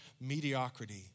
mediocrity